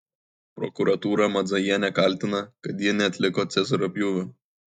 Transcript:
prokuratūra madzajienę kaltina kad ji neatliko cezario pjūvio